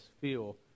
feel